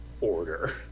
order